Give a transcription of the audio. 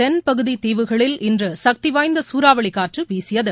தென்பகுதிதீவுகளில் இன்றுசக்திவாய்ந்தசூறாவளிகாற்றுவீசியது